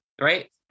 right